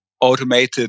automated